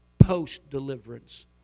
post-deliverance